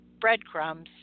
breadcrumbs